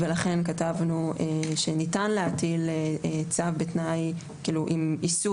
לכן כתבנו שניתן להטיל צו עם איסור